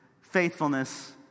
faithfulness